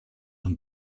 and